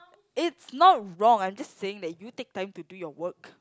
it's not wrong I'm just saying that you take time to do your work